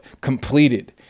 completed